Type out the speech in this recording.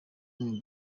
mwe